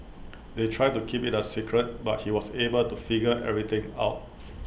they tried to keep IT A secret but he was able to figure everything out